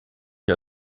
que